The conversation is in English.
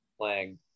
playing